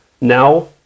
Now